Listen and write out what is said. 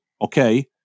okay